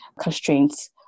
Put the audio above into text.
constraints